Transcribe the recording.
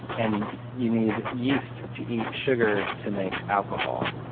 and you need yeast to eat sugar to make alcohol.